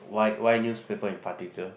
why why newspaper in particular